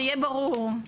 שיהיה ברור,